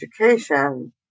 education